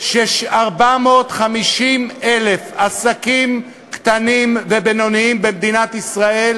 שיש 450,000 עסקים קטנים ובינוניים במדינת ישראל